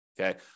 Okay